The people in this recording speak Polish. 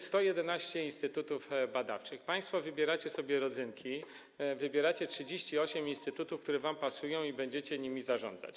111 instytutów badawczych, państwo wybieracie sobie rodzynki, wybieracie 38 instytutów, które wam pasują, i będziecie nimi zarządzać.